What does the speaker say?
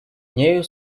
нею